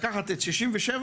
לקחת את 1967,